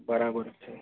બરાબર છે